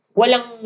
walang